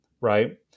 right